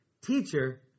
Teacher